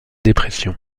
dépression